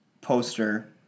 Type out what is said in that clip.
poster